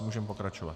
Můžeme pokračovat.